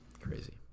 Crazy